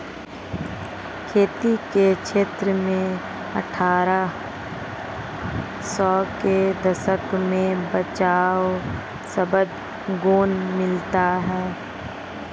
खेती के क्षेत्र में अट्ठारह सौ के दशक में बचाव शब्द गौण मिलता है